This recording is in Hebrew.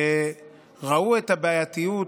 שראו את הבעייתיות